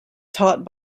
taught